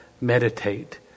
meditate